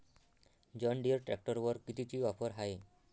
John Deere ट्रॅक्टरवर कितीची offer हाये?